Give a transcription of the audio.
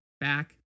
back